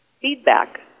feedback